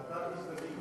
עד עשר דקות.